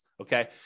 okay